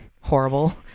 horrible